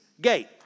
gate